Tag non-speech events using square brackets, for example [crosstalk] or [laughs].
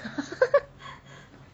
[laughs]